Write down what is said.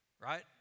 Right